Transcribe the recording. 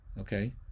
okay